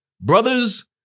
brothers